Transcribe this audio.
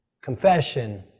confession